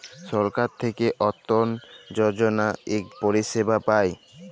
ছরকার থ্যাইকে অটল যজলা ইক পরিছেবা পায়